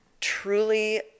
truly